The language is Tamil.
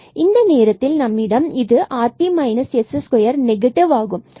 எனவே இந்த நேரத்தில் நம்மிடம் இது rt s2 நெகட்டிவாகும்